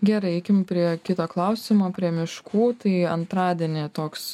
gerai eikim prie kito klausimo prie miškų tai antradienį toks